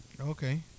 okay